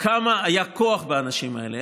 כמה כוח היה באנשים האלה.